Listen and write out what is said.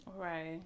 Right